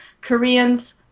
Koreans